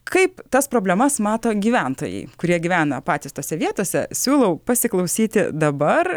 kaip tas problemas mato gyventojai kurie gyvena patys tose vietose siūlau pasiklausyti dabar